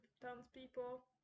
townspeople